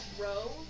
row